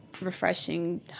refreshing